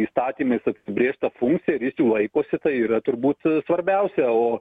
įstatymais apsibrėžta funkcija ir jis jų laikosi tai yra turbūt svarbiausia o